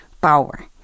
power